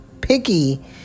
picky